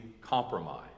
compromise